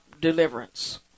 deliverance